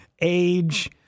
age